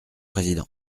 président